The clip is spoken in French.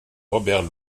robert